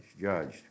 judged